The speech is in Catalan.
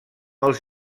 els